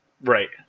Right